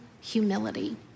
humility